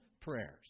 prayers